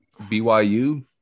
BYU